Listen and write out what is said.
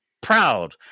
Proud